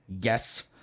yes